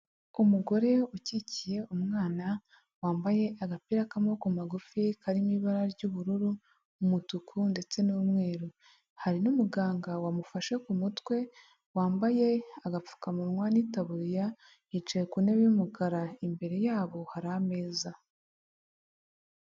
Umugore ukikiye umwana wambaye agapira k'amaboko magufi karimo ibara ry'ubururu, umutuku ndetse n'umweru hari n'umuganga wamufashe ku mutwe, wambaye agapfukamunwa n'itaburiya, yicaye ku ntebe y'umukara, imbere yabo hari ameza.